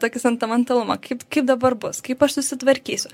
tokį sentimentalumą kaip kaip dabar bus kaip aš susitvarkysiu